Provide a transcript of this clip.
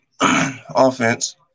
offense